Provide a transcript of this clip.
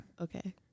okay